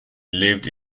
lived